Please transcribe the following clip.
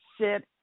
sit